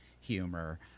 humor